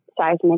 seismic